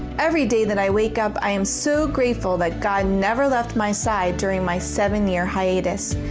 every day that i wake up i am so grateful that god never left my side during my seven year hiatus.